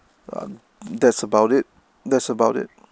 that's about it that's about it